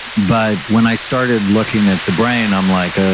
but when i started looking at the brain, i'm like, ah